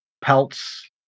pelts